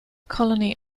colony